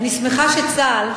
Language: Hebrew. אני שמחה שצה"ל,